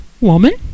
Woman